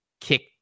kick